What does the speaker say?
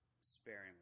sparingly